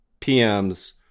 PMs